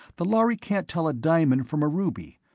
the lhari can't tell a diamond from a ruby,